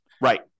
Right